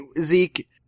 Zeke